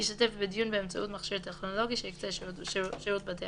ישתתף בדיון באמצעות מכשיר טכנולוגי שיקצה שירות בתי